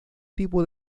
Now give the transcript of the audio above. tipo